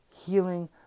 Healing